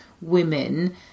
women